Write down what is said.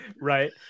Right